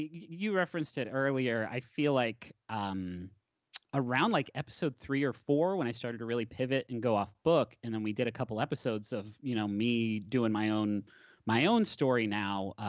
you referenced it earlier. i feel like um around like episode three or four when i started to really pivot and go off book, and then we did a couple episodes of you know me doing my own my own story now,